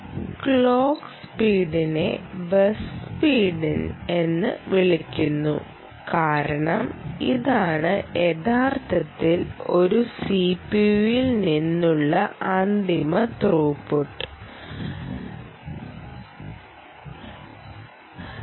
clock സ്പീഡിനെ bus speed എന്ന് വിളിക്കുന്നു കാരണം ഇതാണ് യഥാർത്ഥത്തിൽ ഒരു സിപിയുവിൽ നിന്നുള്ള അന്തിമ ത്രൂപുട്ട് നിലനിർത്തുന്നത്